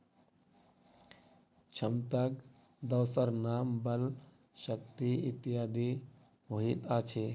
क्षमताक दोसर नाम बल, शक्ति इत्यादि होइत अछि